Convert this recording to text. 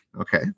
okay